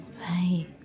Right